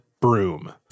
broom